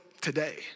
today